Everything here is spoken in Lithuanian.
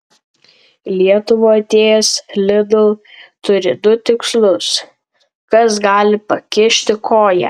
į lietuvą atėjęs lidl turi du tikslus kas gali pakišti koją